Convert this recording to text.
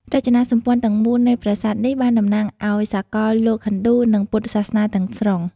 រចនាសម្ព័ន្ធទាំងមូលនៃប្រាសាទនេះបានតំណាងឲ្យសកលលោកហិណ្ឌូ និងពុទ្ធសាសនាទាំងស្រុង។